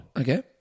Okay